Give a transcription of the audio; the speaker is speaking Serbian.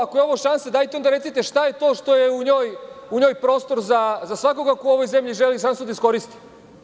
Ako je ovo šansa, dajte, onda recite, šta je to što je u njoj prostor za svakog ko u ovoj zemlji želi šansu da iskoristi?